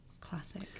Classic